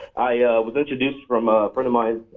i was introduced from a friend of mine,